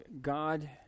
God